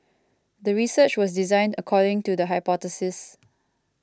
the research was designed according to the hypothesis